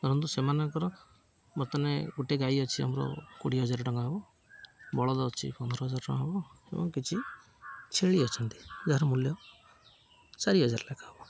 ଧରନ୍ତୁ ସେମାନଙ୍କର ବର୍ତ୍ତମାନ ଗୋଟେ ଗାଈ ଅଛି ଆମର କୋଡ଼ିଏ ହଜାର ଟଙ୍କା ହେବ ବଳଦ ଅଛି ପନ୍ଦର ହଜାର ଟଙ୍କା ହେବ ଏବଂ କିଛି ଛେଳି ଅଛନ୍ତି ଯାହାର ମୂଲ୍ୟ ଚାରି ହଜାର ଲେଖା ହେବ